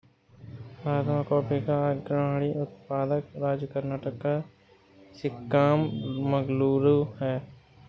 भारत में कॉफी का अग्रणी उत्पादक राज्य कर्नाटक का चिक्कामगलूरू है